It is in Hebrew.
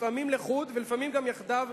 לפעמים לחוד ולפעמים יחדיו,